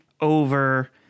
over